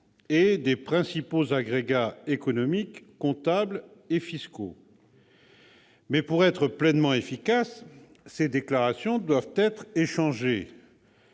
et des principaux agrégats économiques comptables et fiscaux. Mais, pour être pleinement efficaces, ces déclarations doivent être échangées